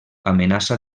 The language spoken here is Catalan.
amenaça